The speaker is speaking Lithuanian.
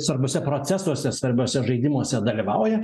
svarbiuose procesuose svarbiuose žaidimuose dalyvauja